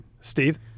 Steve